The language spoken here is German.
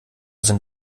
sind